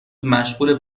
مشغوله